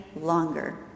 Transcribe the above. longer